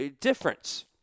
difference